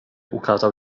ukazał